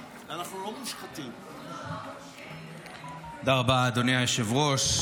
תודה רבה, אדוני היושב-ראש.